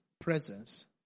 presence